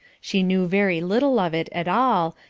she knew very little of it at all,